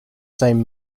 same